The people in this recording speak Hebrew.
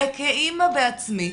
וכאימא בעצמי,